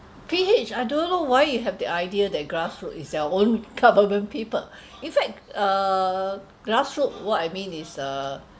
P H I don't know why you have the idea that grassroot it's their own government people in fact err grassroot what I mean is err